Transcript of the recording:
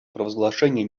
провозглашение